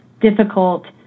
difficult